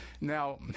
Now